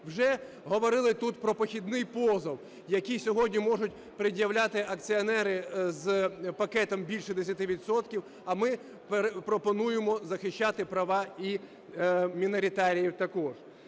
Вже говорили тут про похідний позов, який сьогодні можуть пред'являти акціонери з пакетом більше 10 відсотків. А ми пропонуємо захищати права і міноритаріїв також.